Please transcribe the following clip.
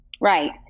right